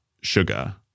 sugar